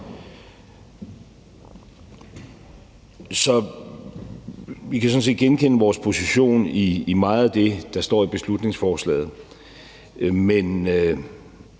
Så vi kan sådan set genkende vores position i meget af det, der står i beslutningsforslaget, men